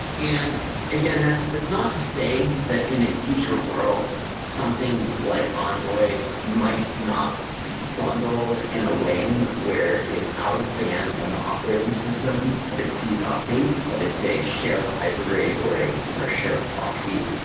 and again, it's not to say that in a future world something like envoy might not be bundled in a way where it's out of band from the operating system, but it sees updates, but it's a shared library or a or a shared proxy,